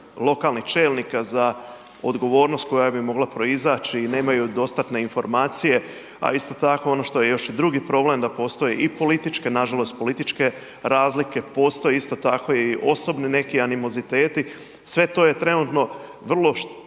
lokalnih čelnika za odgovornost koja bi mogla proizaći i nemaju dostatne informacije, a isto tako, ono što je još i drugi problem, da postoje i političke, nažalost političke razlike, postoje isto tako i osobni neki animoziteti. Sve to je trenutno vrlo štetno